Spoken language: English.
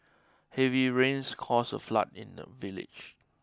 heavy rains caused a flood in the village